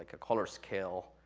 like a color scale,